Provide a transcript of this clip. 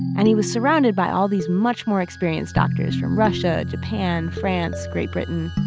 and he was surrounded by all these much more experienced doctors from russia, japan, france, great britain.